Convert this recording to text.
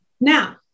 now